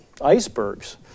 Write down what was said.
icebergs